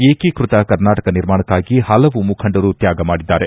ಏಕೀಕೃತ ಕರ್ನಾಟಕ ನಿರ್ಮಾಣಕ್ನಾಗಿ ಹಲವು ಮುಖಂಡರು ತ್ಯಾಗ ಮಾಡಿದ್ದಾರೆ